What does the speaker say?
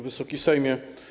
Wysoki Sejmie!